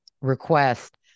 request